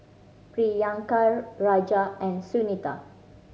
Priyanka Raja and Sunita